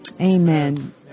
Amen